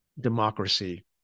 democracy